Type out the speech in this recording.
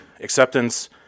acceptance